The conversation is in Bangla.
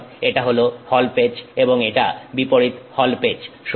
সুতরাং এটা হলো হল পেচ এবং এটা বিপরীত হল পেচ